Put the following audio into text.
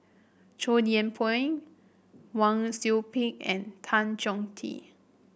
Chow Yian Ping Wang Sui Pick and Tan Chong Tee